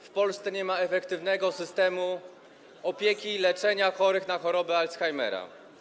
W Polsce nie ma efektywnego systemu opieki, leczenia chorych na chorobę Alzheimera.